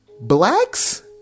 blacks